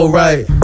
right